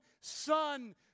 Son